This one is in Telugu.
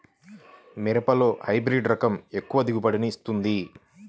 మిరపలో ఏ హైబ్రిడ్ రకం ఎక్కువ దిగుబడిని ఇస్తుంది?